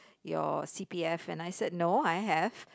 your C_P_F and I said no I have